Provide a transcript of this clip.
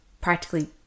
practically